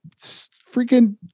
freaking